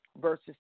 verses